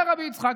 אומר רבי יצחק,